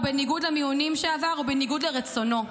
בניגוד למיונים שעבר ובניגוד לרצונו.